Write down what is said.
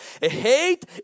Hate